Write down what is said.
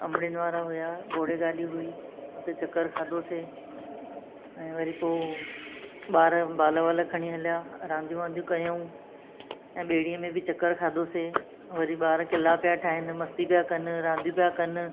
अंबड़ियुनि वारा हुआ घोड़े गाॾी हुई हुते चकर खाधोसीं ऐं वरी पोइ ॿार बाल वाल खणी हलिया रांदियूं वांदियूं कयूं ऐं ॿेड़ीअ में बि चकर खाधोसीं वरी ॿार क़िला पिया ठाहिनि मस्ती पिया कनि रांदियूं पिया कनि